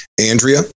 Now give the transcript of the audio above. Andrea